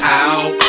out